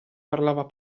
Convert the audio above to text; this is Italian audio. parlava